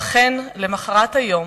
ואכן, למחרת היום